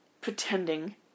pretending